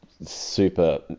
super